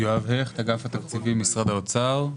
אני מאגף התקציבים, משרד האוצר.